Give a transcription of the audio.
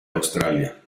australia